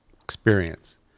experience